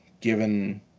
given